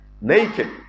naked